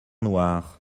noirs